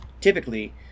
typically